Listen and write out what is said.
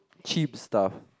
cheap stuff